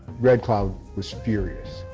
red cloud was furious.